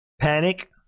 panic